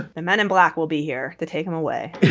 and men in black will be here to take him away.